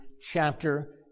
chapter